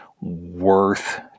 worth